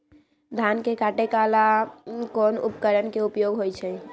धान के काटे का ला कोंन उपकरण के उपयोग होइ छइ?